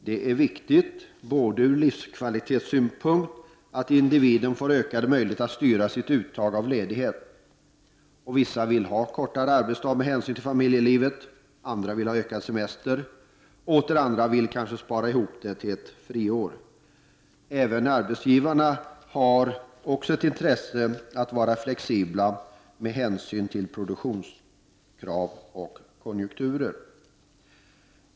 Det är viktigt ur livskvalitetssynpunkt att individerna får ökade möjligheter att styra sitt uttag av ledighet. Vissa vill ha kortare arbetsdag med hänsyn till familjelivet, andra vill ha ökad semester, och åter andra vill kanske spara ihop till ett friår. Även arbetsgivarna har naturligtvis intresse av att vara flexibla med hänsyn till produktionskrav och konjunkturer.